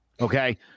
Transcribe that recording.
Okay